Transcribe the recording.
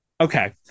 Okay